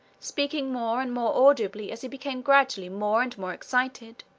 speaking more and more audibly as he became gradually more and more excited.